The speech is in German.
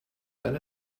eine